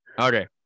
Okay